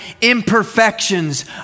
imperfections